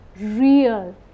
real